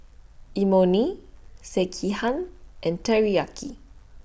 Imoni Sekihan and Teriyaki